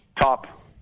top